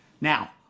Now